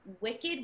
Wicked